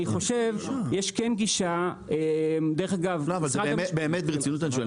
אני חושב שיש כן גישה -- ברצינות אני שואל,